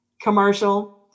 commercial